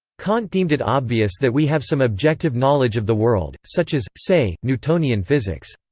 kant deemed it obvious that we have some objective knowledge of the world, such as, say, newtonian physics.